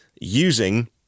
using